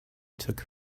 took